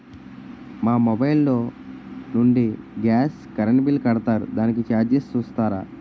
మా మొబైల్ లో నుండి గాస్, కరెన్ బిల్ కడతారు దానికి చార్జెస్ చూస్తారా?